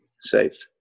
safe